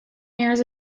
years